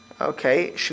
okay